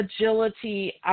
agility